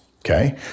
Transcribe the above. Okay